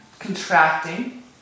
contracting